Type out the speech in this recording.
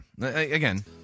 Again